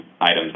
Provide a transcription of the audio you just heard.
items